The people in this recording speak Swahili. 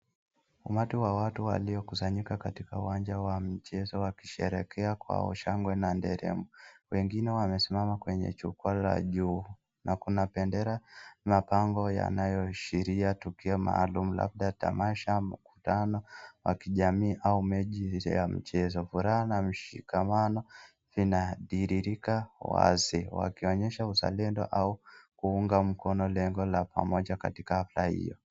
Umati wa watu waliokusanyika katika uwanja wa mchezo wakisherehekea kwa shangwe na nderemo. Wengine wamesimama kwenye jukwa la juu na kuna bendera mabango yanayoashiria tukio maalum, labda tamasha, mkutano wa kijamii au mechi ya mchezo. Furaha na mshikamano vinadiririka wazi, wakionyesha uzalendo au kuunga mkono lengo la pamoja katika hafla hio.